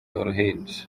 uruhinja